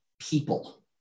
people